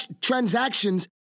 transactions